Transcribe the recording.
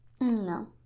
No